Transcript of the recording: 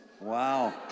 Wow